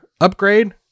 upgrade